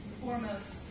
foremost